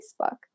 Facebook